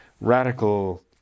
radical